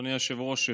אדוני היושב-ראש,